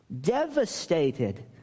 devastated